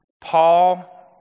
Paul